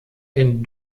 den